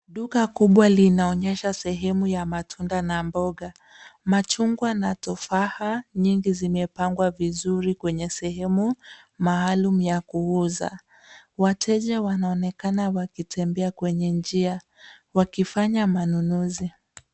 Duka kubwa linaonyesha sehemu ya matunda na mboga. Machungwa na tufaha nyingi zimepangwa vizuri kwenye sehemu maalum ya kuuza. Wateja wanaonekana wakitembea kwenye njia wakifanya manunuzi.